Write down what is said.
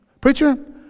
preacher